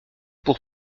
pour